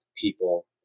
people